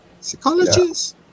psychologists